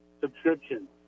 subscription